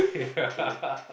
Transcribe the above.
okay